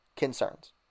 concerns